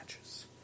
matches